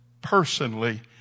personally